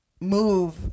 move